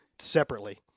separately